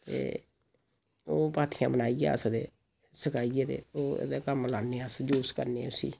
ते ओह् पाथियां बनाइयै अस ते सकाइयै ते ओह्दे कम्म लान्ने आं अस यूज करने आं उस्सी